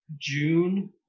June